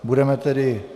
Budeme tedy...